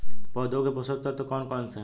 पौधों के पोषक तत्व कौन कौन से हैं?